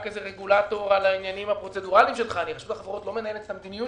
רגולטור על העניינים הפרוצדורליים של חנ"י.